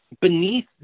beneath